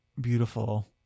beautiful